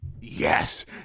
Yes